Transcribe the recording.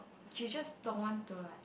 she's just don't want to like